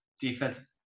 defense